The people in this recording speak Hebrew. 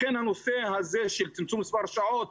לכן הנושא הזה של פיצול מספר שעות,